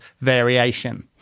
variation